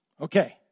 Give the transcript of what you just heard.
Okay